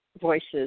voices